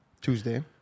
Tuesday